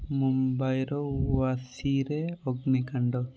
ମୁମ୍ବାଇର ୱାଶୀରେ ଅଗ୍ନିକାଣ୍ଡ